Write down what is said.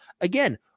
Again